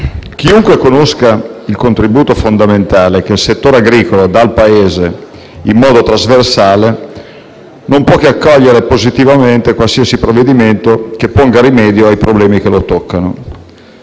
chiunque conosca il contributo fondamentale che il settore agricolo dà al Paese in modo trasversale non può che accogliere favorevolmente qualsiasi provvedimento che ponga rimedio ai problemi che lo toccano.